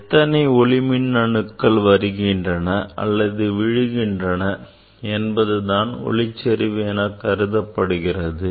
எத்தனை ஒளிமின்னணுக்கள் வருகின்றன அல்லது விழுகின்றன என்பது தான் ஒளிச்செறிவு என கருதப்படுகிறது